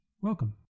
Welcome